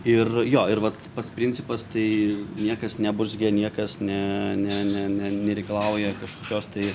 ir jo ir vat pats principas tai niekas neburzgia niekas ne ne ne ne nereikalauja kažkokios tai